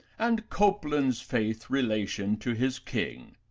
and copland's faith relation to his king.